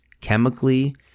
chemically